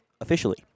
officially